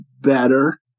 better